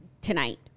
tonight